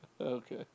Okay